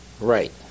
Right